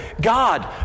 God